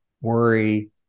Worry